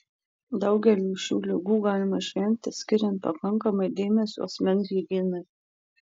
daugelio šių ligų galima išvengti skiriant pakankamai dėmesio asmens higienai